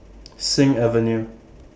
Sing Avenue